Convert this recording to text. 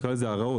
נקרא לזה הרעות,